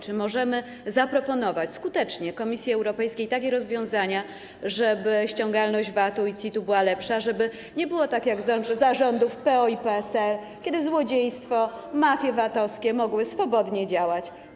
Czy możemy zaproponować skutecznie Komisji Europejskiej takie rozwiązania, żeby ściągalność VAT-u i CIT-u była lepsza, żeby nie było tak jak za rządów PO i PSL, kiedy złodziejstwo, mafie VAT-owskie mogły swobodnie działać.